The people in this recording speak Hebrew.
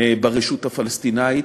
ברשות הפלסטינית,